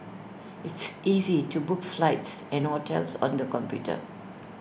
it's easy to book flights and hotels on the computer